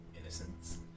Innocence